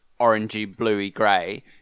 orangey-bluey-grey